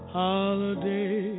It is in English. holiday